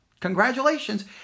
congratulations